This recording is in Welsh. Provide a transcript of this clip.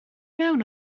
mewn